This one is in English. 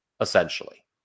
essentially